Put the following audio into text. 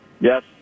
Yes